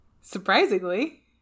Surprisingly